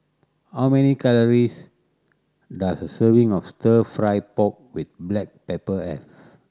how many calories does a serving of Stir Fry pork with black pepper have